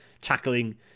tackling